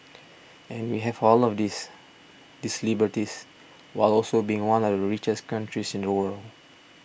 and we have all of these these liberties while also being one are of the richest countries in the world